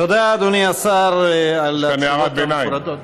תודה, אדוני השר, על התשובות המפורטות.